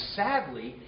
sadly